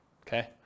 Okay